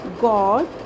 God